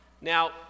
Now